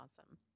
awesome